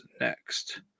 next